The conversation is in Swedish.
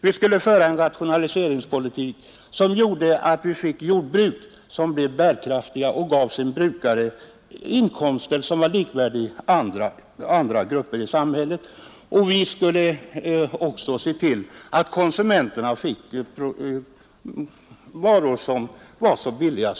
Vi skulle föra en rationaliseringspolitik som skapade bärkraftiga jordbruk och gav sina brukare inkomster som var likvärdiga med andra gruppers i samhället. 3. Vi skulle se till att konsumenterna fick så billiga livsmedel som möjligt.